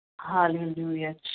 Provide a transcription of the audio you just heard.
hallelujah